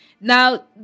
Now